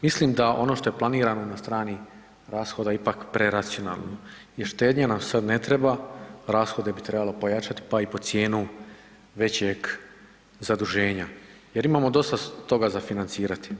Mislim da ono što je planirano na strani rashoda ipak preracionalno jer štednja nam sad ne treba, rashode bi trebalo pojačat, pa i pod cijenu većeg zaduženja jer imamo dosta toga za financirati.